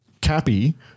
Cappy